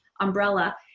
umbrella